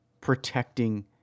protecting